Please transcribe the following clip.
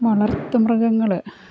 വളർത്തു മൃഗങ്ങൾ